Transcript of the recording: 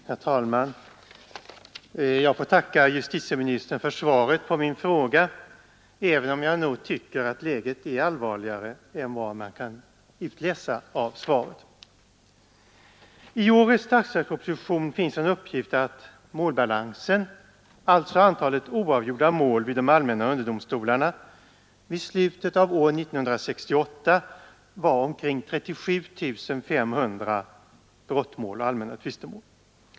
Herr talman! Jag får tacka justitieministern för svaret på min fråga, även om jag nog tycker att läget är allvarligare än vad man kan utläsa av svaret. I årets statsverksproposition finns en uppgift att målbalansen, alltså antalet oavgjorda mål, vid de allmänna underdomstolarna vid slutet av år 1968 var omkring 37 500 brottmål och allmänna tvistemål.